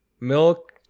milk